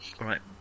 right